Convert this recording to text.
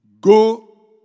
Go